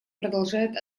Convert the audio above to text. продолжает